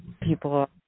people